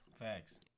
Facts